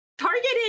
targeted